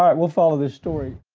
ah we'll follow this story.